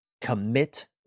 commit